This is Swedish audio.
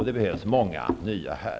Det behövs många nya här.